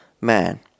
man